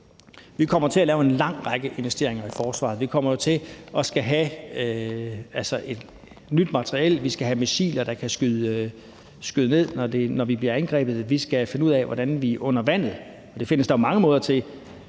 vi kommer jo til at lave en lang række investeringer i forsvaret. Vi kommer til at skulle have nyt materiel; vi skal have missiler, der kan skydes af sted, når vi bliver angrebet. Vi skal finde ud af, hvordan vi under vandet – og der findes der jo mange måder –